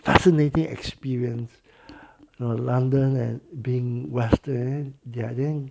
fascinating experience you know london and being western there then